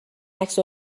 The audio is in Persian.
عکس